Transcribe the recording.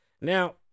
Now